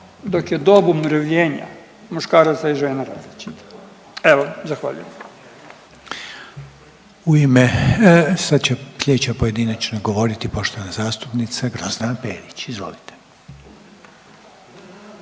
dok je dob umirovljenja muškaraca i žena različit. Evo zahvaljujem. **Reiner, Željko (HDZ)** U ime, sad će slijedeća pojedinačno govoriti poštovana zastupnica Grozdana Perić, izvolite.